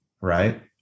right